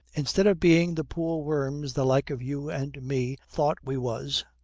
instead of being the poor worms the like of you and me thought we was,